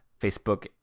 Facebook